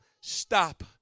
stop